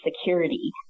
security